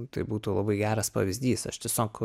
tai būtų labai geras pavyzdys aš tiesiog